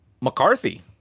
McCarthy